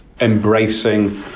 embracing